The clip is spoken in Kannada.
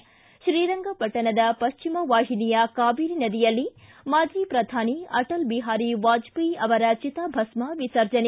ಿ ಶ್ರೀರಂಗಪಟ್ಟಣದ ಪಶ್ಚಿಮವಾಹಿನಿಯ ಕಾವೇರಿ ನದಿಯಲ್ಲಿ ಮಾಜಿ ಪ್ರಧಾನಿ ಅಟಲ್ ಬಿಹಾರಿ ವಾಜವೇಯಿ ಅವರ ಚಿತಾಭಸ್ಮ ವಿಸರ್ಜನೆ